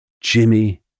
Jimmy